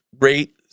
rate